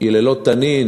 ביללות תנין,